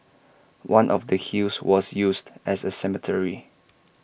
one of the hills was used as A cemetery